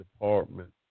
department